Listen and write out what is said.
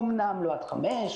אמנם לא עד 17:00,